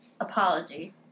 apology